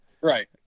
Right